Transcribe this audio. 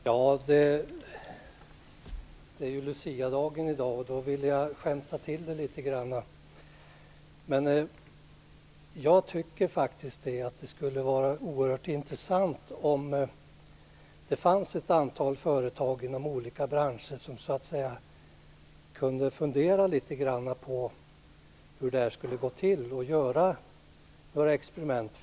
Herr talman! Det är Luciadagen i dag, och då vill jag skämta litet grand. Men jag tycker faktiskt att det skulle vara oerhört intressant om det fanns ett antal företag inom olika branscher som så att säga kunde fundera litet på hur det här skulle gå till och göra experiment.